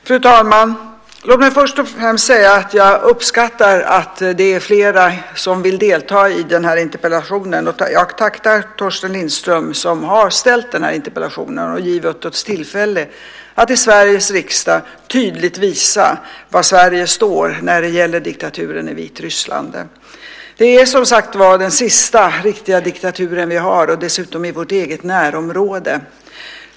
Fru talman! Låt mig först och främst säga att jag uppskattar att det är fler som vill delta i den här interpellationsdebatten. Jag tackar Torsten Lindström som har ställt den här interpellationen och gett oss tillfälle att i Sveriges riksdag tydligt visa var Sverige står när det gäller diktaturen i Vitryssland. Det är som sagt var den sista riktiga diktaturen vi har i vårt eget närområde.